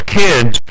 kids